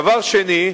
דבר שני,